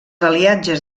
aliatges